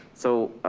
so,